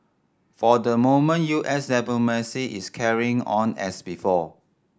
for the moment U S diplomacy is carrying on as before